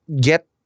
get